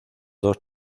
dos